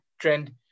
trend